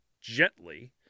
gently